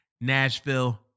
Nashville